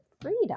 freedom